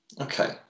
okay